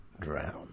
drown